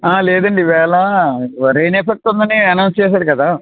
లేదండి ఈ వేళ వ రెయిన్ ఎఫెక్ట్ ఉందని అనౌన్స్ చేశారు కదా